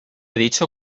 dicho